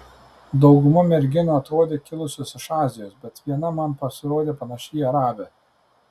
dauguma merginų atrodė kilusios iš azijos bet viena man pasirodė panaši į arabę